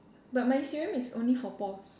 but my serum is only for pores